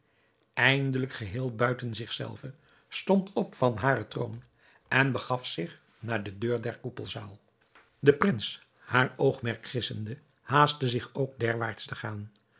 eindelijk geheel buiten zich zelve stond op van haren troon en begaf zich naar de deur der koepelzaal de prins haar oogmerk gissende haastte zich ook derwaarts te gaan